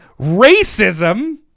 racism